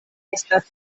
estas